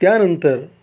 त्यानंतर